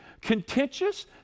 contentious